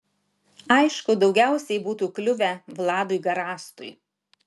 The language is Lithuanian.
aišku daugiausiai būtų kliuvę vladui garastui